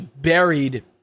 buried